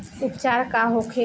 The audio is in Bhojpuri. उपचार का होखे?